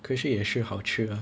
可是也是好吃 ah